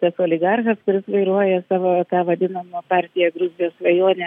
tas oligarchas kuris vairuoja savo tą vadinamą partiją gruzijos svajonė